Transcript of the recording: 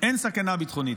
אין סכנה ביטחונית.